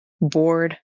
bored